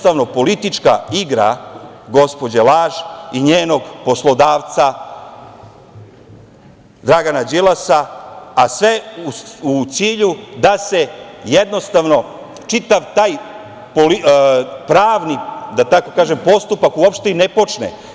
To je politička igra gospođe laž i njenog poslodavca Dragana Đilasa, a sve u cilju da se čitav taj pravni, da tako kažem, postupak uopšte i ne počne.